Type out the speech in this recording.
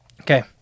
Okay